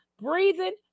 breathing